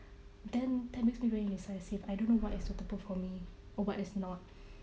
then that makes me very indecisive I don't know what is suitable for me or what is not